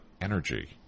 energy